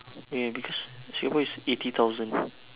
ya because singapore is eighty thousand